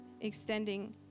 extending